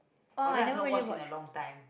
although I have not watch in a long time